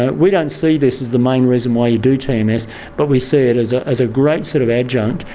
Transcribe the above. and we don't see this as the main reason why you do tms, um but we see it as ah as a great sort of adjunct,